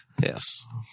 Yes